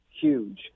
huge